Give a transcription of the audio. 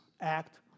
act